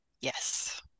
Yes